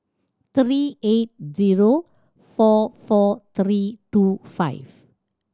three eight zero four four three two five